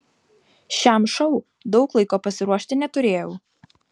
šiam šou daug laiko pasiruošti neturėjau